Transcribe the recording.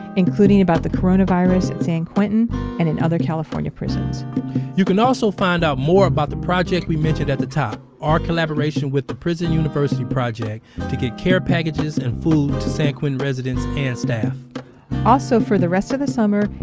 including about the coronavirus at san quentin and in other california prisons you can also find out more about the project we mentioned at the top our collaboration with the prison university project to get care packages and food to san quentin residents and staff also, for the rest of the summer,